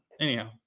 anyhow